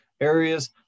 areas